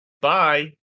Bye